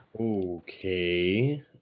Okay